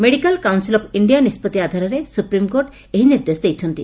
medical council of India ନିଷ୍ବଭି ଆଧାରରେ supreme court ଏହି ନିର୍ଦ୍ଦେଶ ଦେଇଛନ୍ତି